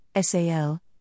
SAL